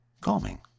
calming